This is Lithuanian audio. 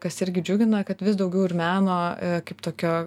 kas irgi džiugina kad vis daugiau ir meno kaip tokio